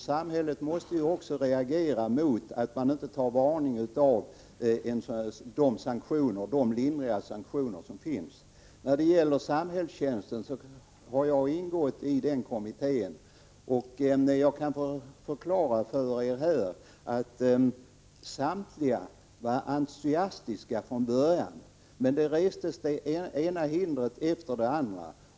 Samhället måste emellertid också reagera när någon inte tar varning av dessa lindriga sanktioner. Jag har ingått i den kommitté som behandlade frågan om samhällstjänst. Jag kan förklara för er här i kammaren att samtliga ledamöter där var entusiastiska från början, men sedan restes det ena hindret efter det andra.